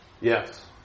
Yes